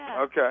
Okay